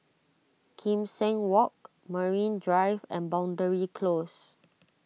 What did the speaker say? Kim Seng Walk Marine Drive and Boundary Close